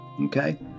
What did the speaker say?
Okay